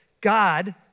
God